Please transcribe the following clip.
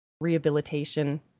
rehabilitation